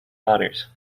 honors